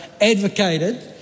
advocated